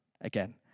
again